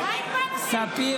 לספיר